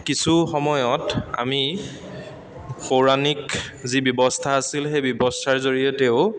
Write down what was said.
কিছু সময়ত আমি পৌৰাণিক যি ব্যৱস্থা আছিল সেই ব্যৱস্থাৰ জৰিয়তেও